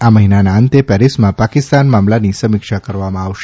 આ મહિનાના અંતે પેરિસમાં પાકિસ્તાન મામલાની સમીક્ષા કરવામાં આવશે